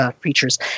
creatures